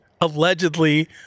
allegedly